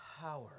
power